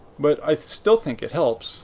but i still think it helps